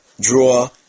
draw